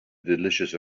delicious